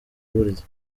burya